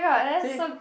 see